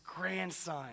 grandson